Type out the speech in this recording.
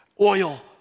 oil